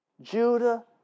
Judah